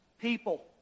people